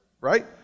right